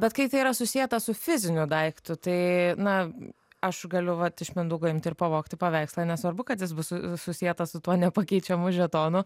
bet kai tai yra susieta su fiziniu daiktu tai na aš galiu vat iš mindaugo imti ir pavogti paveikslą nesvarbu kad jis bus susietas su tuo nepakeičiamu žetonu